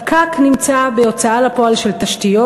הפקק נמצא בהוצאה לפעול של תשתיות.